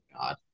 God